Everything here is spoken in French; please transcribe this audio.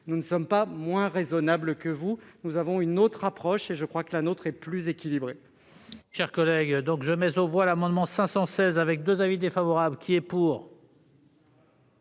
Nous ne sommes pas moins raisonnables que vous. Nous avons une autre approche, et je crois qu'elle est plus équilibrée.